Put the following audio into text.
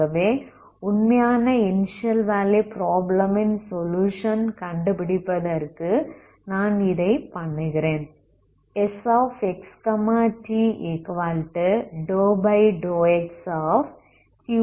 ஆகவே உண்மையான initial value problem ன் சொலுயுஷன் கண்டுபிடிப்பதற்கு நான் இதை பண்ணுகிறேன்